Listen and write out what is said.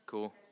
Cool